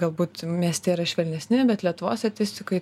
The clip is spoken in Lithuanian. galbūt mieste yra švelnesni bet lietuvos statistikoj